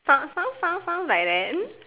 found found found found by then